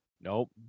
Nope